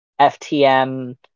FTM